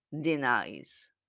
denies